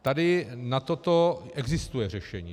Tady na toto existuje řešení.